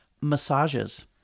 massages